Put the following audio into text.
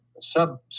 sub